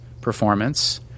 performance